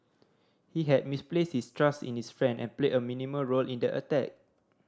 he had misplaced his trust in his friend and played a minimal role in the attack